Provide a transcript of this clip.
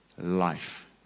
life